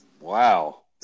Wow